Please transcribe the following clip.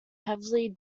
heavily